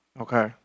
Okay